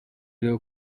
rero